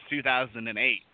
2008